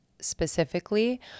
specifically